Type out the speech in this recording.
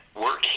work